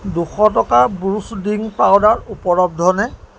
দুশ টকাৰ ব্ৰুছ ড্ৰিংক পাউদাৰ উপলব্ধনে